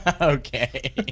Okay